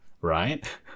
right